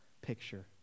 picture